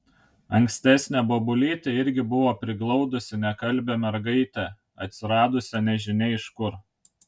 ankstesnė bobulytė irgi buvo priglaudusi nekalbią mergaitę atsiradusią nežinia iš kur